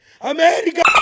America